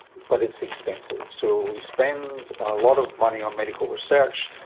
but it's expensive. so we spend a lot of money on medical research,